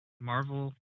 Marvel